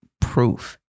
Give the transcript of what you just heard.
proof